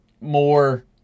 more